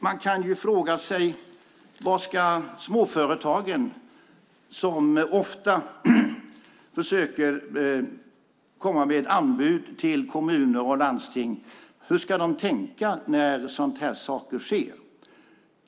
Man kan fråga sig hur småföretagen, som ofta försöker komma med anbud till kommuner och landsting, ska tänka när sådana här saker sker.